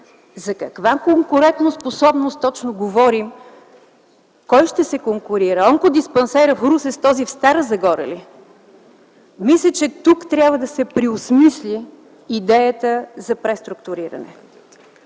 За каква конкурентоспособност точно говорим? Кой ще се конкурира – онкодиспансерът в Русе с този в Стара Загора ли? Мисля, че тук трябва да се преосмисли идеята за преструктуриране.